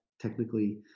technically